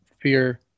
fear